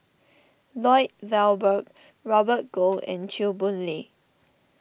Lloyd Valberg Robert Goh and Chew Boon Lay